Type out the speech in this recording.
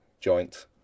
joint